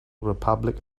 republic